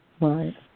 Right